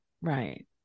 right